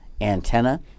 antenna